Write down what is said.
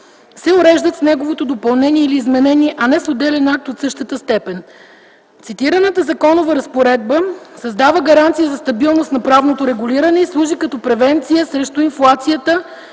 се уреждат с неговото допълнение или изменение, а не с отделен акт от същата степен. Цитираната законова разпоредба създава гаранция за стабилност на правното регулиране и служи като превенция срещу инфлацията